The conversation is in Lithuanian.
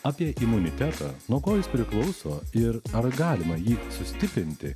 apie imunitetą nuo ko jis priklauso ir ar galima jį sustiprinti